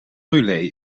brûlée